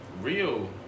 real